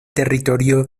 territorio